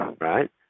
Right